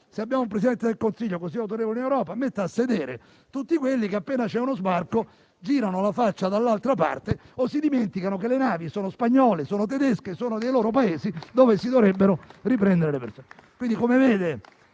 Se abbiamo un Presidente del Consiglio così autorevole in Europa, metta a sedere tutti quelli che, appena c'è uno sbarco, girano la faccia dall'altra parte o si dimenticano che le navi sono spagnole, tedesche, sono dei Paesi che dovrebbero prendere le persone.